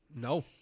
No